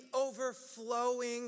overflowing